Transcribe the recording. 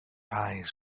eyes